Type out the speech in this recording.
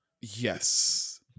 Yes